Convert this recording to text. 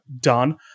done